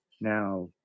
Now